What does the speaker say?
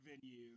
venue